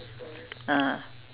ah